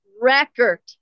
record